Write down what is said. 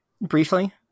briefly